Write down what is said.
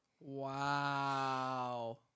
Wow